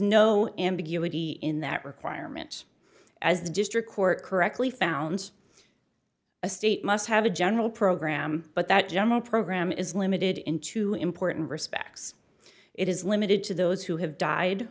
no ambiguity in that requirement as the district court correctly found a state must have a general program but that general program is limited in two important respects it is limited to those who have died